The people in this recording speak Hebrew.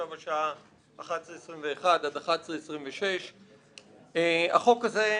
עכשיו השעה 11:21 עד 11:26. החוק הזה,